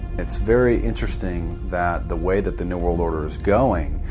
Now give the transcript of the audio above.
it's very interesting that the way that the new world order is going